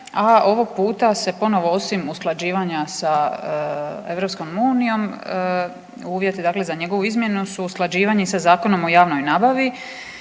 a ovog puta se ponovo osim usklađivanja sa EU uvjeti za njegovu izmjenu su usklađivanje sa Zakonom o javnoj nabavi